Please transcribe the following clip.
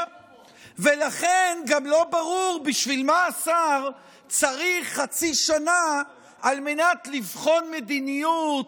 גם לא ברור בשביל מה השר צריך חצי שנה על מנת לבחון מדיניות,